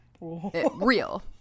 Real